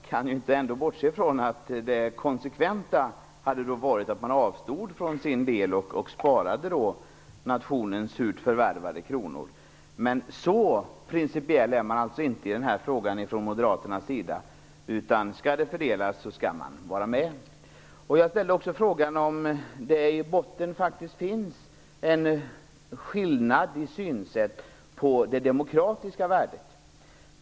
Herr talman! Jag kan ändå inte bortse från att det hade varit konsekvent att man avstod från sin del och sparade nationens surt förvärvade kronor. Så principiell är man alltså inte från moderaternas sida, utan skall stödet fördelas skall man vara med. Jag frågade om det i botten faktiskt finns en skillnad i synsätt på det demokratiska värdet.